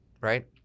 right